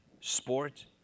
sport